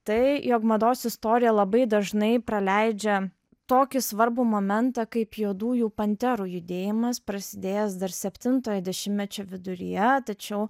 tai jog mados istorija labai dažnai praleidžia tokį svarbų momentą kaip juodųjų panterų judėjimas prasidėjęs dar septintojo dešimtmečio viduryje tačiau